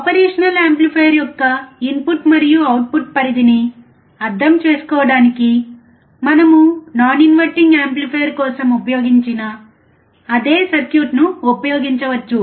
ఆపరేషన్ల్ amplifier యొక్క input మరియు output పరిధిని అర్థం చేసుకోవడానికి మనము నాన్ ఇన్వర్టింగ్ యాంప్లిఫైయర్ కోసం ఉపయోగించిన అదే సర్క్యూట్ను ఉపయోగించవచ్చు